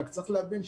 רק צריך להבין,